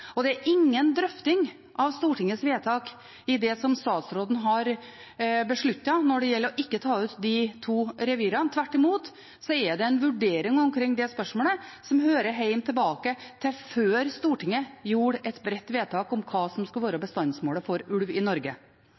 i det som statsråden har besluttet når det gjelder å ikke ta ut de to revirene. Tvert imot er det en vurdering omkring det spørsmålet som hører hjemme tilbake til før Stortinget gjorde et bredt vedtak om hva som skal være bestandsmålet for ulv i Norge.